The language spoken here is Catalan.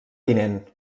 tinent